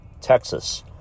Texas